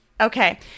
Okay